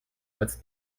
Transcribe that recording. als